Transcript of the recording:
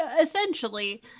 essentially